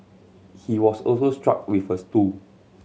he was also struck with a stool